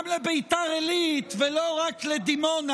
גם לביתר עילית ולא רק לדימונה.